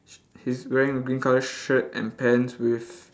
sh~ he's wearing a green colour shirt and pants with